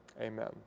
amen